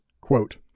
Quote